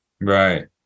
Right